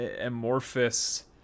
amorphous